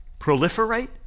proliferate